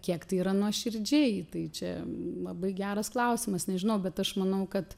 kiek tai yra nuoširdžiai tai čia labai geras klausimas nežinau bet aš manau kad